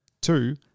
Two